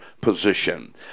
position